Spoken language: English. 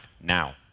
now